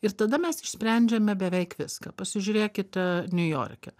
ir tada mes išsprendžiame beveik viską pasižiūrėkite niujorke